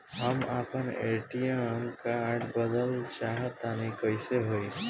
हम आपन ATM card बदलल चाह तनि कइसे होई?